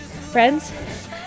friends